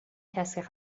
کسی